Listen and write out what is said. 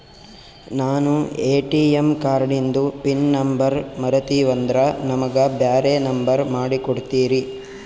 ನಾನು ಎ.ಟಿ.ಎಂ ಕಾರ್ಡಿಂದು pin number ಮರತೀವಂದ್ರ ನಮಗ ಬ್ಯಾರೆ ನಂಬರ್ ಮಾಡಿ ಕೊಡ್ತೀರಿ?